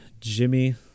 jimmy